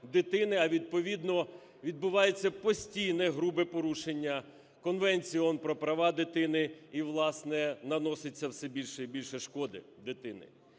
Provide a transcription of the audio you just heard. а відповідно відбувається постійне грубе порушення Конвенції ООН про права дитини, і власне, наноситься все більше і більше шкоди дитині.